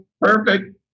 perfect